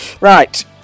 Right